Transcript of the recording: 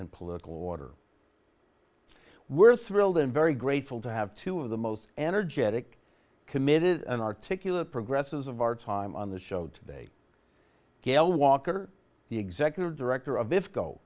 and political order we're thrilled and very grateful to have two of the most energetic committed and articulate progresses of our time on the show today gayle walker the executive director of if go